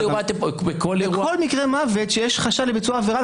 בכל מקרה מוות שיש חשד לביצוע עבירה,